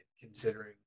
considering